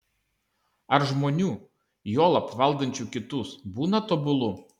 ar žmonių juolab valdančių kitus būna tobulų